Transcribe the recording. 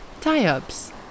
tie-ups